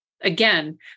again